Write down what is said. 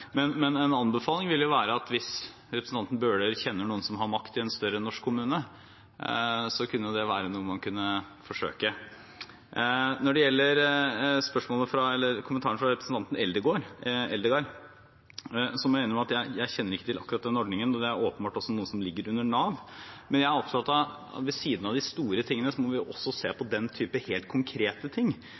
En anbefaling vil være at hvis representanten Bøhler kjenner noen som har makt i en større norsk kommune, kunne det være noe man kunne forsøke. Når det gjelder kommentaren fra representanten Eldegard, må jeg innrømme at jeg ikke kjenner til akkurat den ordningen, og det er åpenbart noe som ligger under Nav. Men jeg er opptatt av at vi ved siden av de store tingene også må se på den typen helt konkrete ting,